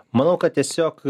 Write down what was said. manau kad tiesiog